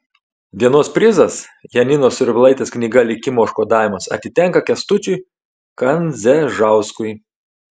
dienos prizas janinos survilaitės knyga likimo užkodavimas atitenka kęstučiui kandzežauskui